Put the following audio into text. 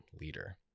leader